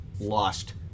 lost